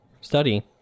study